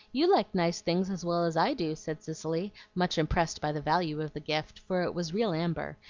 you like nice things as well as i do, said cicely, much impressed by the value of the gift, for it was real amber,